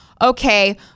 Okay